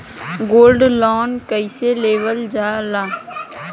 Gold loan कईसे लेवल जा ला?